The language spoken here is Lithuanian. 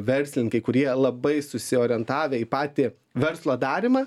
verslininkai kurie labai susiorientavę į patį verslo darymą